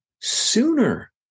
sooner